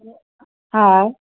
हा